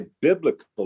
biblical